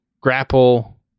grapple